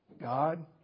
God